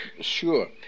Sure